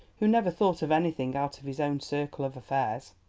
who never thought of anything out of his own circle of affairs.